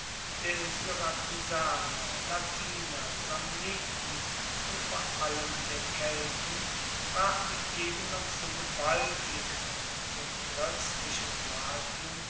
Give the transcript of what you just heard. der syrakusaner latiner samniten und vor allem der kelten brach die eben noch so gewaltig und so ploetzlich in latium